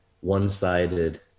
one-sided